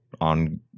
on